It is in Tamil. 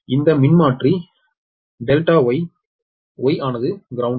இந்த மின்மாற்றி Δ Y Y ஆனது கிரௌண்டெட்